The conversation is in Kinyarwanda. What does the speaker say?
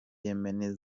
yemeni